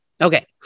Okay